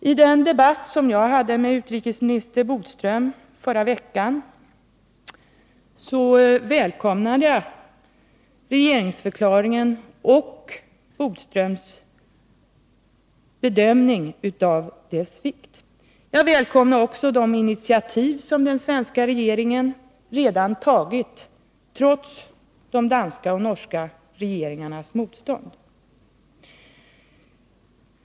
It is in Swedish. I den debatt som jag hade förra veckan med utrikesminister Bodström välkomnade jag regeringsförklaringen och utrikesministerns bedömning av dess vikt. Jag välkomnade också de initiativ som den svenska regeringen redan har tagit trots de danska och norska regeringarnas motstånd.